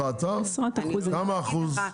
כמה אחוזים?